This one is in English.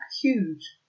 huge